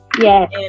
Yes